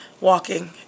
walking